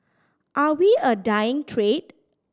are we a dying trade